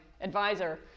advisor